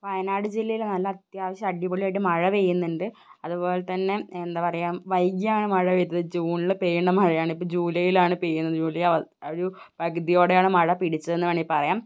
വയനാട് ജില്ലയിൽ നല്ല അത്യാവശ്യം അടിപൊളിയായിട്ട് മഴ പെയ്യുന്നുണ്ട് അതുപോലെത്തെന്നെ എന്താ പറയുക വൈകിയാണ് മഴ പെയ്തത് ജൂണിൽ പെയ്യേണ്ട മഴയാണ് ഇപ്പോൾ ജൂലൈയിലാണ് പെയ്യുന്നത് ജൂലൈ ഒരു പകുതിയോടെയാണ് മഴ പിടിച്ചതെന്നു വേണമെങ്കിൽ പറയാം